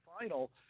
final